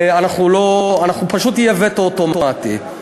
פשוט יהיה וטו אוטומטי.